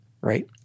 right